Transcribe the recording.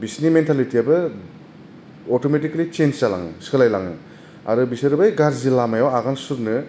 बिसोरनि मेनथेलिथियाबो अथमेथिखेलि सेनस जालाङो सोलायलाङो आरो बिसोर बै गाज्रि लामायाव आगान सुरनो